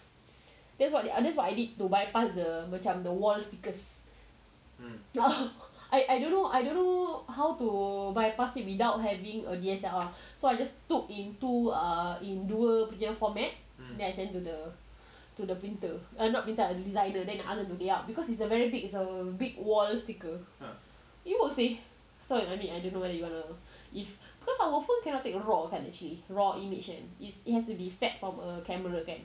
that's what they that's what I did to bypass the macam the wall stickers I I don't know I don't know how to bypass it without having a D_S_L_R so I just took into a in dua punya format then I send to the to the printer err not printer designer then I ask them to layout because it's a very big it's a big wall sticker you would say so you only I don't know whether you wanna if because our phone cannot take raw kan actually raw image it has to be set from a camera kan